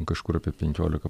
kažkur apie penkiolika